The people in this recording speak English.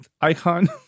icon